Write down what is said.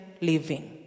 living